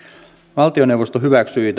valtioneuvosto hyväksyi